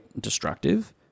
destructive